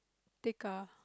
Tekka